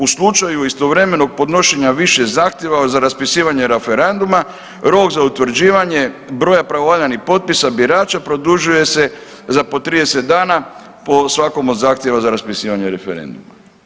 U slučaju istovremenog podnošenja više zahtjeva za raspisivanjem referenduma, rok za utvrđivanje broja pravovaljanih potpisa birača produžuje se za po 30 dana po svakom od zahtjeva za raspisivanje referenduma.